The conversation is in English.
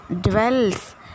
dwells